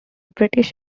british